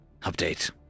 Update